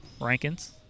Rankins